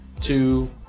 two